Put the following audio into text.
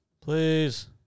Please